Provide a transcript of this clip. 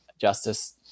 justice-